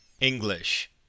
English